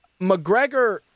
McGregor